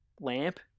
lamp